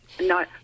no